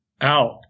out